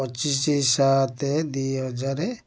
ପଚିଶ ସାତ ଦୁଇ ହଜାର